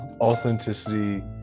authenticity